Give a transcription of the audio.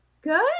Good